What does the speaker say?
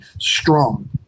strong